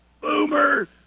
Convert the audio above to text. Boomer